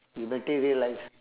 you materialised